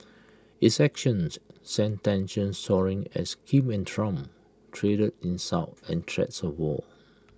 its actions sent tensions soaring as Kim and Trump traded insults and threats of war